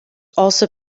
also